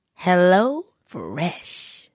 HelloFresh